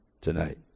tonight